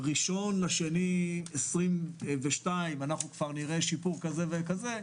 מתי נראה שיפור כזה וכזה,